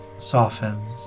softens